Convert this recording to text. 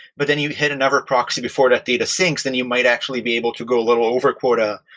but then you hit another proxy before that data syncs, then you might actually be able to go a little over quota.